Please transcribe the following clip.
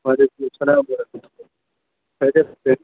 وعلیکم السلام ورحمۃ اللہ خیریت سے